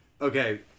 Okay